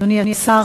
אדוני השר,